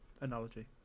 analogy